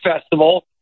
festival